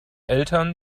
eltern